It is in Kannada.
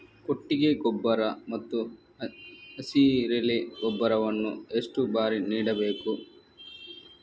ಕೊಟ್ಟಿಗೆ ಗೊಬ್ಬರ ಮತ್ತು ಹಸಿರೆಲೆ ಗೊಬ್ಬರವನ್ನು ಎಷ್ಟು ಬಾರಿ ನೀಡಬೇಕು?